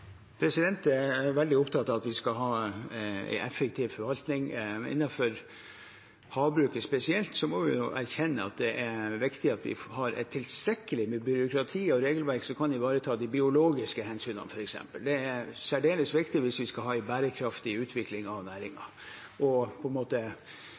Jeg er veldig opptatt av at vi skal ha en effektiv forvaltning. Innenfor havbruket spesielt må vi erkjenne at det er viktig at vi har tilstrekkelig med byråkrati og regelverk som kan ivareta de biologiske hensynene, f.eks. Det er særdeles viktig hvis vi skal ha en bærekraftig utvikling av